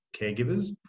caregivers